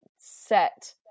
set